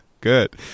Good